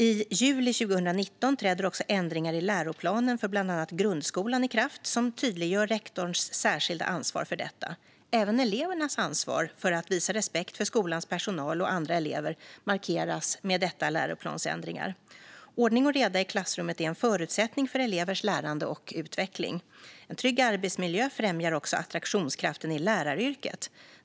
I juli 2019 träder också ändringar i läroplanen för bland annat grundskolan i kraft. De tydliggör rektorns särskilda ansvar för detta. Även elevernas ansvar för att visa respekt för skolans personal och andra elever markeras med dessa läroplansändringar. Ordning och reda i klassrummet är en förutsättning för elevers lärande och utveckling. En trygg arbetsmiljö främjar också attraktionskraften i läraryrket.